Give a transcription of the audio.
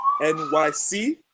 NYC